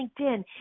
LinkedIn